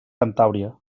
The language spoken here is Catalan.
cantàbria